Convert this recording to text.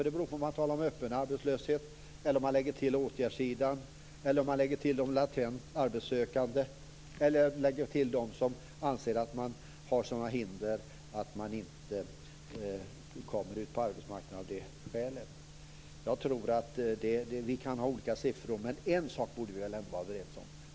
Det beror på om man talar om öppen arbetslöshet, om man lägger till åtgärdssidan, om man lägger till de latent arbetssökande och om man lägger till dem som anser att de har hinder som gör att de inte kommer ut på arbetsmarknaden av det skälet. Jag tror att vi kan ha olika siffror, men en sak borde vi ändå vara överens om.